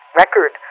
record